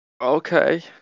Okay